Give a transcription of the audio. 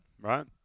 right